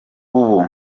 ubu